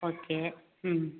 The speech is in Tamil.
ஓகே ம்